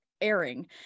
airing